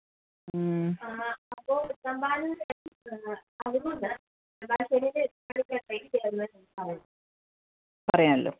അപ്പോൾ പറയാമല്ലോ